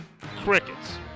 Crickets